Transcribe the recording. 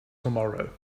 tomorrow